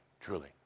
truly